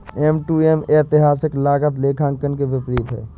M to M ऐतिहासिक लागत लेखांकन के विपरीत है